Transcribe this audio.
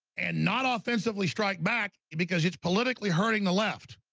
and not offensively strike back, because it's politically hurting the left.